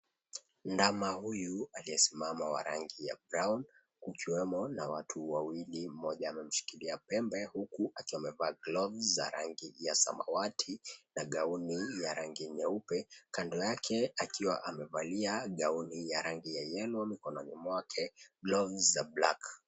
Ndama huyu aliyesimama wa rangi ya brown kukiwemo na watu wawili, mmoja amemshikilia pembe huku akiwa amevaa gloves za rangi ya samawati na gauni ya rangi nyeupe, kando yake akiwa amevalia gauni ya rangi ya yellow na mikononi mwake gloves za black .